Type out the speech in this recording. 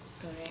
correct